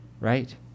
right